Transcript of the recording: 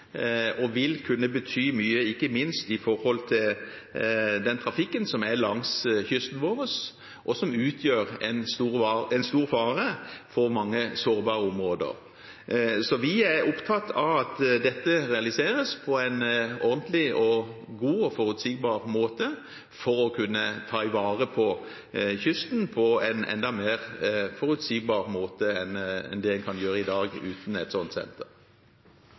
og vil kunne bety mye, ikke minst med tanke på den trafikken som er langs kysten vår, og som utgjør en stor fare for mange sårbare områder. Så vi er opptatt av at dette realiseres på en ordentlig, god og forutsigbar måte, for å kunne ta vare på kysten på en enda mer forutsigbar måte enn det en kan gjøre i dag uten en slikt senter.